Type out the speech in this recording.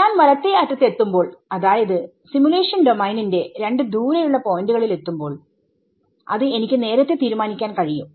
ഞാൻ വലത്തെ അറ്റത്തു എത്തുമ്പോൾ അതായത് സിമുലേഷൻ ഡോമെയിനിന്റെരണ്ട് ദൂരെയുള്ള പോയന്റുകളിൽ എത്തുമ്പോൾ അത് എനിക്ക് നേരത്തെ തീരുമാനിക്കാൻ കഴിയും